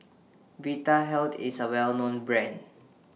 Vitahealth IS A Well known Brand